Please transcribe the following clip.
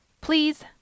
Please